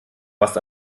warst